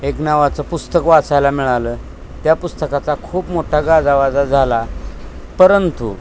एक नावाचं पुस्तक वाचायला मिळालं त्या पुस्तकाचा खूप मोठा गाजावाजा झाला परंतु